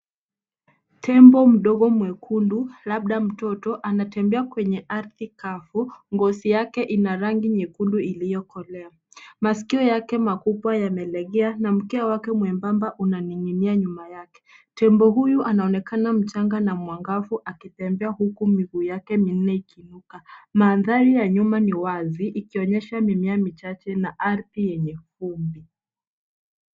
Tembo mdogo mwekundu labda mtoto anatembea kwenye ardhi kavu. Ngozi yake ina rangi nyekundu iliyokolea. Maskio yake makubwa yamelegea na mkia wake mwembamba unaning'inia nyuma yake. Tembo huyu anaonekana mchanga na mwangavu akitembea huku miguu yake minne ikiinuka. Mandhari ya nyuma ni wazi ikionyesha mimea michache na ardhi yenye vumbi.